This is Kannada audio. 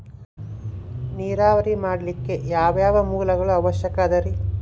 ನೇರಾವರಿ ಮಾಡಲಿಕ್ಕೆ ಯಾವ್ಯಾವ ಮೂಲಗಳ ಅವಶ್ಯಕ ಅದರಿ?